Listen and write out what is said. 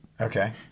Okay